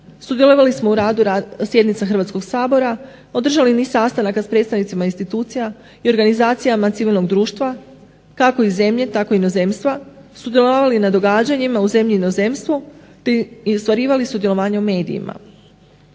Sudjelovali smo u radu sjednica Hrvatskog sabora, održali niz sastanaka sa predstavnicima institucija i organizacijama civilnog društva kao iz zemlje tako i inozemstva. Sudjelovali na događanjima u zemlji i inozemstvu i ostvarivali sudjelovanje u medijima.